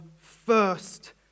first